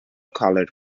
colored